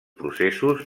processos